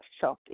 shopping